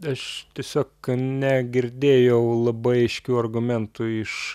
aš tiesiog negirdėjau labai aiškių argumentų iš